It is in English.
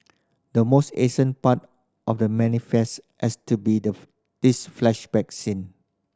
the most ancient part of The Manifest has to be the this flashback scene